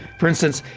for instance,